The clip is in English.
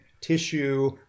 tissue